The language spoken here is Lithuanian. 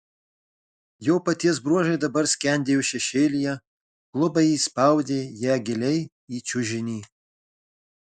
jo paties bruožai dabar skendėjo šešėlyje klubai įspaudė ją giliai į čiužinį